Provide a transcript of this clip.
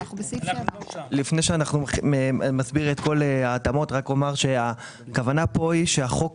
לפני שנסביר את ככל ההתאמות אומר שהכוונה כאן היא שהחוק